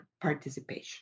participation